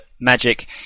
magic